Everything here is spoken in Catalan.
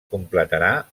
completarà